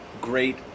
great